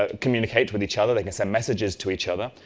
ah communicate with each other. they can send messages to each other.